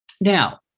Now